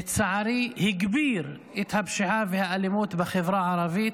לצערי, הגביר את הפשיעה ואת האלימות בחברה הערבית,